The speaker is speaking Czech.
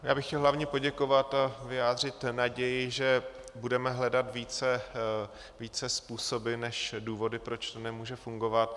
Já bych chtěl hlavně poděkovat, vyjádřit naději, že budeme hledat více způsoby než důvody, proč to nemůže fungovat.